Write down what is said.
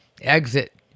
exit